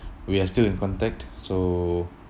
we are still in contact so